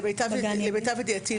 למיטב ידיעתי,